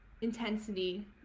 intensity